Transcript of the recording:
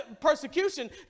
persecution